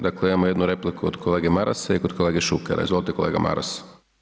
Dakle, imamo jednu repliku od kolege Marasa i kod kolege Šukera, izvolite kolega Maras.